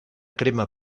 crema